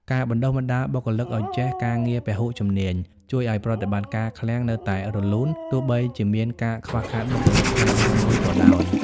ការបណ្តុះបណ្តាលបុគ្គលិកឱ្យចេះការងារពហុជំនាញ ជួយឱ្យប្រតិបត្តិការឃ្លាំងនៅតែរលូនទោះបីជាមានការខ្វះខាតបុគ្គលិកផ្នែកណាមួយក៏ដោយ។